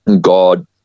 God